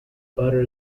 butter